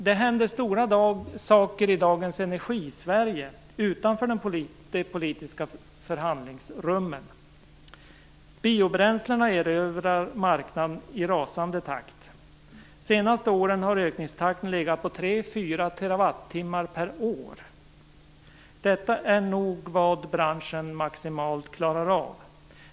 Det händer stora saker i dagens Energisverige utanför de politiska förhandlingsrummen. Biobränslena erövrar marknaden i rasande takt. De senaste åren har ökningstakten legat på 3-4 TWh/år. Detta är nog vad branschen maximalt klarar av.